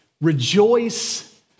rejoice